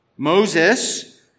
Moses